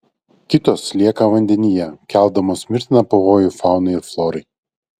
kitos lieka vandenyje keldamos mirtiną pavojų faunai ir florai